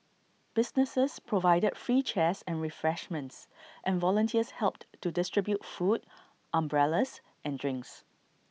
businesses provided free chairs and refreshments and volunteers helped to distribute food umbrellas and drinks